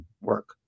work